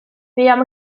buom